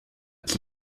qui